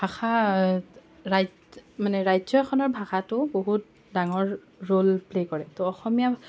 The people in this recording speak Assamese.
ভাষা ৰাইজ মানে ৰাজ্য এখনৰ ভাষাটো বহুত ডাঙৰ ৰোল প্লে কৰে ত' অসমীয়া